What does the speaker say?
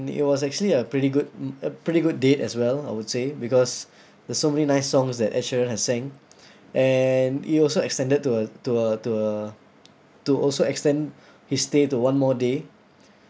it was actually a pretty good mm a pretty good date as well I would say because there's so many nice songs that ed sheeran has sang and it also extended to uh to uh to uh to also extend his stay to one more day